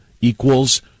equals